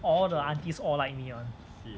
all the aunties all like me [one]